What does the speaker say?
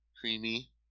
creamy